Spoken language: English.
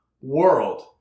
World